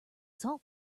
salt